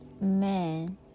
man